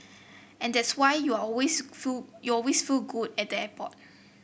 and that's why you always feel you always feel good at the airport